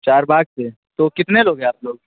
چار باغ سے تو کتنے لوگ ہیں آپ لوگ